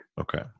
Okay